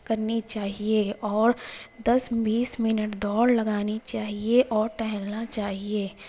کرنی چاہیے اور دس بیس منٹ دوڑ لگانی چاہیے اور ٹہلنا چاہیے